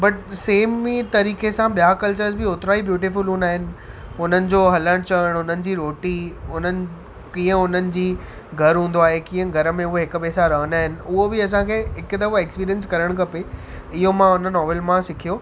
but same ई तरीक़े सां ॿिया कल्चरस बि ओतिरा ई ब्यूटिफ़ुल हूंदा आहिनि हुननि जो हलणु चलणु हुननि जी रोटी उन्हनि कीअं उन्हनि जी घरु हूंदो आहे कीअं घर में हुए हिकु ॿिए सां रहंदा आहिनि उहो बि असांखे हिकु दफ़ो इक्स्पिरीअन्स करणु खपे इहो मां हुन नॉवेल मां सिखियो